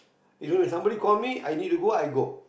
even if somebody call me I need to go I go